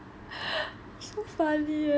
so funny leh